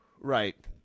Right